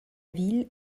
ville